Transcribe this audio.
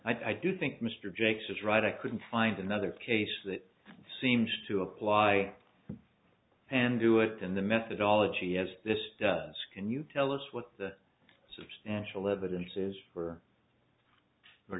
i do think mr jakes is right i couldn't find another case that seems to apply and do it in the methodology as this is can you tell us what the substantial evidence is for